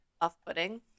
off-putting